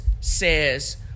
says